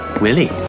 Willie